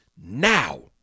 now